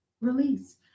release